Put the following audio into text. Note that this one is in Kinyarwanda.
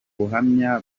buhamya